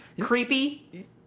creepy